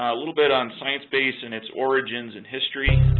a little bit on sciencebase and its origins and history.